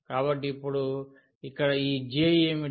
కాబట్టి ఇప్పుడు ఇక్కడ ఈ J ఏమిటి